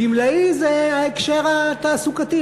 גמלאי זה ההקשר התעסוקתי,